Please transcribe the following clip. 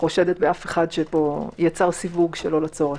חושדת באף אחד שפה שיצר סיווג שלא לצורך.